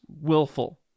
willful